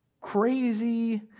crazy